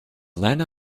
lena